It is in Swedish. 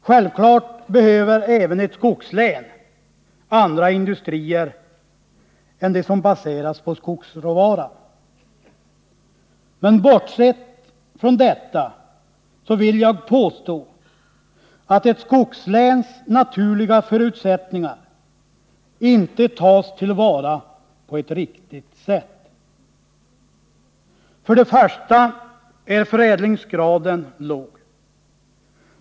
Självfallet behöver även ett skogslän andra industrier än dem som baseras på skogsråvaran, men bortsett från detta vill jag påstå att ett skogsläns naturliga förutsättningar inte tas till vara på ett riktigt sätt. För det första är förädlingsgraden låg.